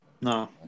No